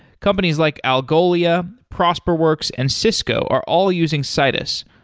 companies like algolia, prosperworks and cisco are all using citus,